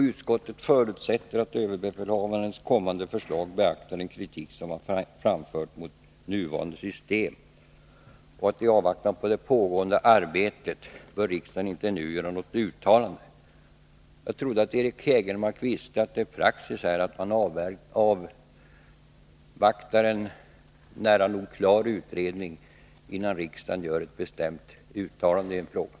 Utskottet förutsätter att överbefälhavarens kommande förslag beaktar den kritik som har framförts mot nuvarande system. I avvaktan på resultaten av det pågående arbetet bör riksdagen inte nu göra något uttalande Jag trodde att Eric Hägelmark visste att praxis är att man avvaktar en nära nog klar utredning, innan riksdagen gör ett bestämt uttalande i en fråga.